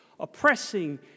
oppressing